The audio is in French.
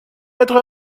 être